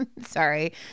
sorry